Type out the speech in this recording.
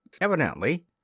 Evidently